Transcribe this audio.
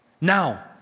Now